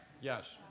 Yes